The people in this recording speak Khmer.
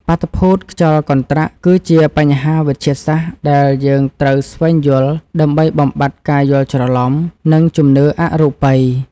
បាតុភូតខ្យល់កន្ត្រាក់ គឺជាបញ្ហាវិទ្យាសាស្ត្រដែលយើងត្រូវស្វែងយល់ដើម្បីបំបាត់ការយល់ច្រឡំ និងជំនឿអរូបី។